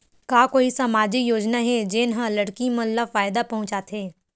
का कोई समाजिक योजना हे, जेन हा लड़की मन ला फायदा पहुंचाथे?